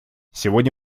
сегодня